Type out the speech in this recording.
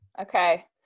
Okay